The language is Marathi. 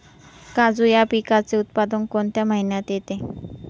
काजू या पिकाचे उत्पादन कोणत्या महिन्यात येते?